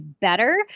better